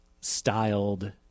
styled